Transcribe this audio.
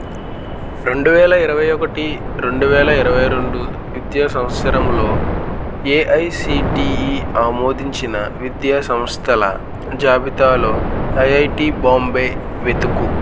రెండు వేల ఇరవై ఒకటి రెండు వేల ఇరవై రెండు విద్యా సంవత్సరంలో ఏఐసిటిఈ ఆమోదించిన విద్యాసంస్థల జాబితాలో ఐఐటి బాంబే వెతుకు